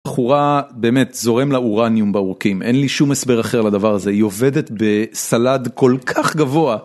בחורה באמת זורם לה אורניום בעורקים, אין לי שום הסבר אחר לדבר הזה, היא עובדת בסל״ד כל כך גבוה.